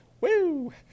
Woo